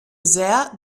sehr